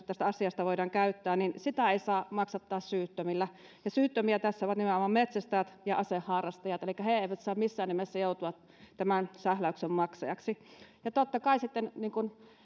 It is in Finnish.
tästä asiasta voidaan käyttää ei saa maksattaa syyttömillä ja syyttömiä tässä ovat nimenomaan metsästäjät ja aseharrastajat elikkä he eivät saa missään nimessä joutua tämän sähläyksen maksajiksi ja totta kai sitten niin kuin